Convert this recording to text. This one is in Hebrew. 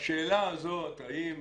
בשאלה הזאת, האם